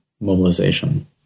mobilization